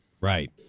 Right